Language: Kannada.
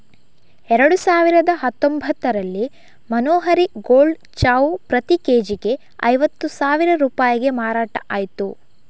ಎರಡು ಸಾವಿರದ ಹತ್ತೊಂಭತ್ತರಲ್ಲಿ ಮನೋಹರಿ ಗೋಲ್ಡ್ ಚಾವು ಪ್ರತಿ ಕೆ.ಜಿಗೆ ಐವತ್ತು ಸಾವಿರ ರೂಪಾಯಿಗೆ ಮಾರಾಟ ಆಯ್ತು